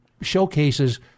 showcases